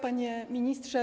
Panie Ministrze!